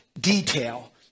detail